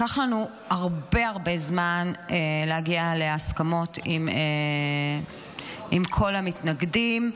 לקח לנו הרבה הרבה זמן להגיע להסכמות עם כל המתנגדים.